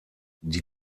die